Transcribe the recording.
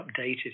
updated